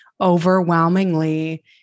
overwhelmingly